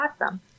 awesome